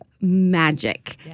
magic